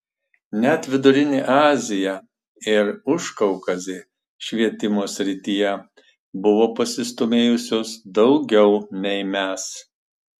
net vidurinė azija ir užkaukazė švietimo srityje buvo pasistūmėjusios daugiau nei mes